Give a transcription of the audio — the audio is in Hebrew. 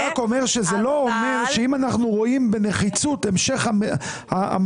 אני רק אומר שזה לא אומר שאם אנחנו רואים בנחיצות המשך המצב,